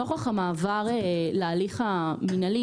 נוכח המעבר להליך המינהלי,